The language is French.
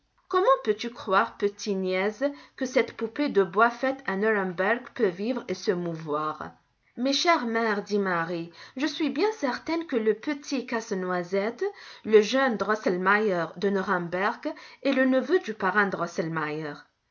comment peux-tu croire petite niaise que cette poupée de bois faite à nuremberg peut vivre et se mouvoir mais chère mère dit marie je suis bien certaine que le petit casse-noisette le jeune drosselmeier de nuremberg est le neveu du parrain